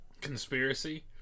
conspiracy